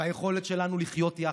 והיכולת שלנו לחיות יחד.